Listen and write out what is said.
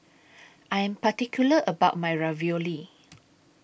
I Am particular about My Ravioli